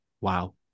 wow